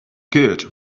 good